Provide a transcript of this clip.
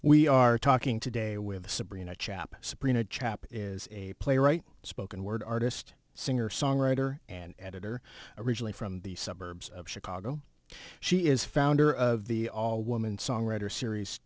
we are talking today with sabrina chap sabrina chap is a playwright spoken word artist singer songwriter and editor originally from the suburbs of chicago she is founder of the all woman songwriter series